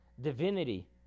divinity